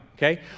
Okay